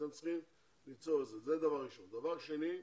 דבר שני.